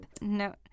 No